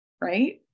Right